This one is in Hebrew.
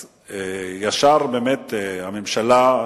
אז ישר באמת הממשלה,